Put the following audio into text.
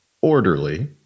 Orderly